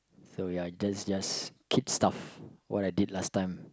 so ya just just keep stuffs what I did last time